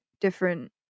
different